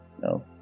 No